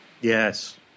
Yes